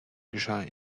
geschah